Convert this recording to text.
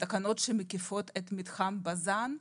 מקיפות את מתחם בזן.